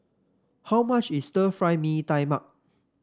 how much is Stir Fry Mee Tai Mak